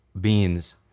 beans